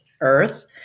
Earth